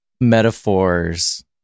metaphors